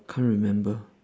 can't remember